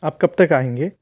कब तक आएँगे